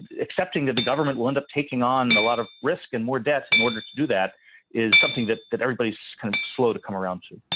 accepting that the government will end up taking on a lot of risk and more debt in order to do that is something that that everybody is kind of slow to come around to